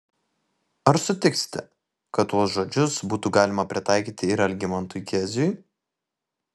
ar sutiksite kad tuos žodžius būtų galima pritaikyti ir algimantui keziui